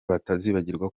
batazibagirwa